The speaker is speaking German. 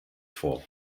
four